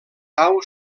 pau